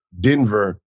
Denver